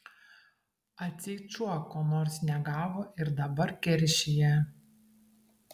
atseit šuo ko nors negavo ir dabar keršija